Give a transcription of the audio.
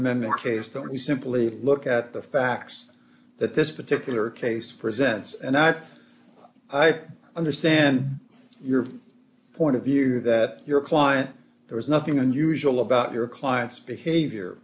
amendment case don't you simply look at the facts that this particular case presents and i i understand your point of view that your client there is nothing unusual about your client's behavior